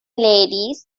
ladies